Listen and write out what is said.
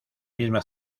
misma